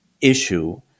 issue